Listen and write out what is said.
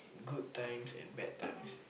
good times and bad times